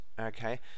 okay